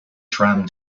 tram